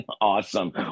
Awesome